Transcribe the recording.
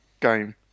game